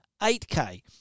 8K